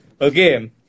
Okay